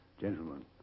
Gentlemen